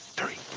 three!